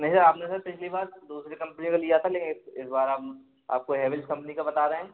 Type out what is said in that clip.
नहीं सर आप ने सर पिछली बार दूसरी कंपनी का लिया था लेकिन इस बार हम आपको हैवेल्स कंपनी का बता रहे हैं